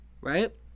right